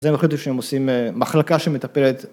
זה הם החליטו שהם עושים מחלקה שמטפלת